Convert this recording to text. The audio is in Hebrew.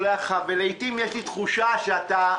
ולעתים, יש לי תחושה, שאתה,